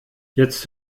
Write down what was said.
jetzt